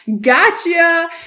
gotcha